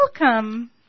Welcome